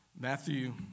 Matthew